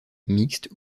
mixtes